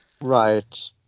Right